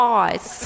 eyes